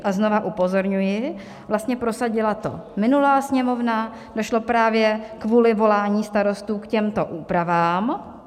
A znovu upozorňuji, prosadila to minulá Sněmovna, došlo právě kvůli volání starostů k těmto úpravám.